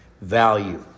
value